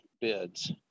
bids